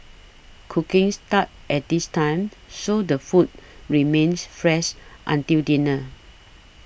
cooking starts at this time so the food remains fresh until dinner